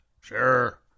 Sure